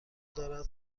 دارد